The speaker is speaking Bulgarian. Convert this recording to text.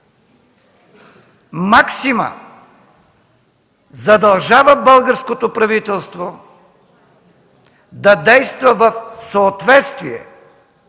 максима задължава българското правителство да действа в съответствие,